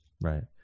Right